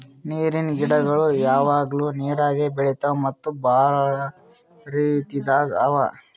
ನೀರಿನ್ ಗಿಡಗೊಳ್ ಯಾವಾಗ್ಲೂ ನೀರಾಗೆ ಬೆಳಿತಾವ್ ಮತ್ತ್ ಭಾಳ ರೀತಿದಾಗ್ ಅವಾ